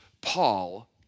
Paul